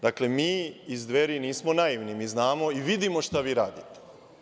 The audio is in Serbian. Dakle, mi iz Dveri nismo naivni, znamo i vidimo šta vi radite.